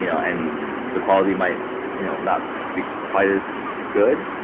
you know and the quality might you know not be quite as good,